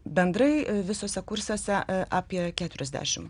bendrai visuose kursuose apie keturiasdešim